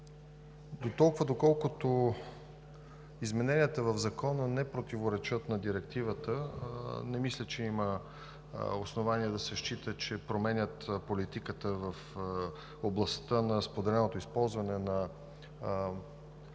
Дотолкова, доколкото измененията в Закона не противоречат на Директивата, не мисля че има основание да се счита, че променят политиката в областта на споделеното използване на мрежовата